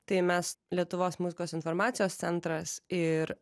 tai mes lietuvos muzikos informacijos centras ir